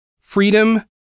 Freedom